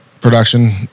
production